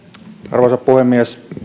arvoisa puhemies